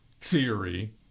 theory